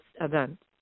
events